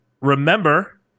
remember